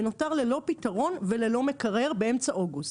ונותר ללא פתרון וללא מקרר באמצע אוגוסט.